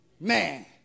man